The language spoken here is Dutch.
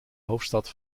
hoofdstad